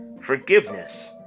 forgiveness